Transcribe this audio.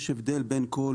יש הבדל בין כל